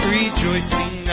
rejoicing